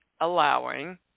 allowing